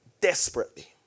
desperately